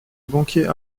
banquier